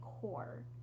core